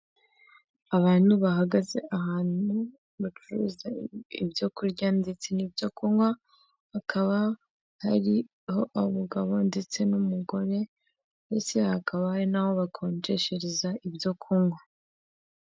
Abantu bahagaze ahantu bacururiza ibyo kurya ndetse n'ibyo kunywa, bakaba hariho umugabo ndetse n'umugore ndetse hakaba hari n'aho bakonjeshereza ibyo kunywa.